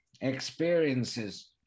experiences